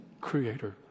creator